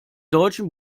deutschen